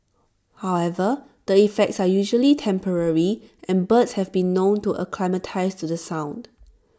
however the effects are usually temporary and birds have been known to acclimatise to the sound